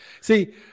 See